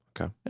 Okay